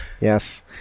Yes